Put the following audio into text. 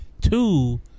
Two